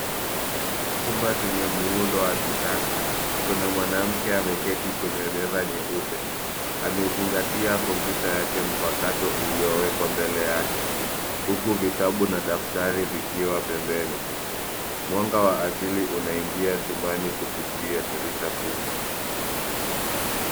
Chumba chenye muundo wa kisasa. Kuna mwanamke ameketi kwenye meza nyeupe. Amezingatia kompyuta yake mpakato iliyowekwa mbele yake huku vitabu na daftari vikiwa pembeni. Mwanga wa asili unaingia chumbani kupitia dirisha kubwa.